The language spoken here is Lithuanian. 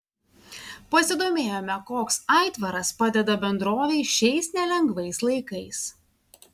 pasidomėjome koks aitvaras padeda bendrovei šiais nelengvais laikais